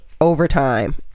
overtime